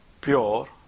Pure